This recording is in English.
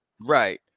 Right